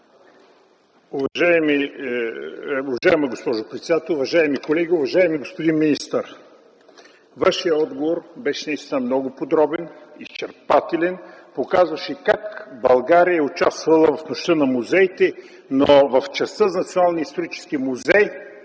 Уважаема госпожо председател, уважаеми колеги, уважаеми господин министър! Вашият отговор беше наистина много подробен и изчерпателен. Той показваше как България участваше в Нощта на музеите, но в частта за Националния исторически музей